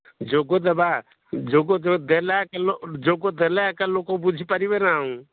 ଯୋଗ ଦେବା ଯୋଗ ଦେଲେ ଯୋଗ ଦେଲେ ଏକା ଲୋକ ବୁଝିପାରିବେ ନା ଆଉ